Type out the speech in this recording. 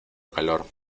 calor